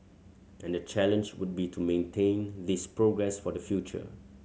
and the challenge would be to maintain this progress for the future